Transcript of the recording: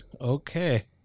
Okay